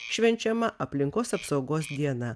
švenčiama aplinkos apsaugos diena